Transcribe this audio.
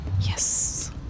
Yes